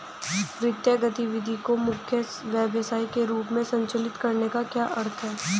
वित्तीय गतिविधि को मुख्य व्यवसाय के रूप में संचालित करने का क्या अर्थ है?